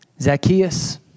Zacchaeus